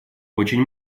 очень